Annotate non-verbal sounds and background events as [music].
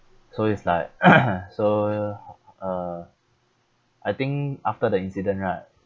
so it's like [coughs] so uh I think after the incident right